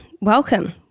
welcome